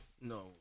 No